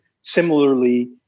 similarly